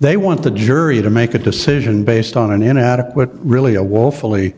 they want the jury to make a decision based on an inadequate really a wall fully